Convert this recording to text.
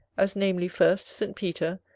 as namely, first st. peter,